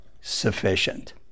sufficient